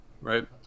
right